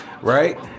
right